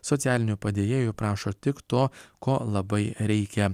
socialinių padėjėjų prašo tik to ko labai reikia